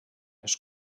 les